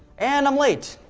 and i'm late.